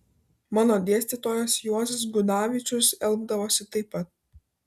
mano dėstytojas juozas gudavičius elgdavosi taip pat